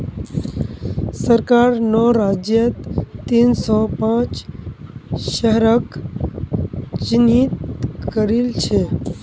सरकार नौ राज्यत तीन सौ पांच शहरक चिह्नित करिल छे